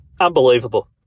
Unbelievable